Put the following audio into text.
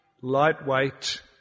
lightweight